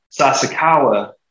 Sasakawa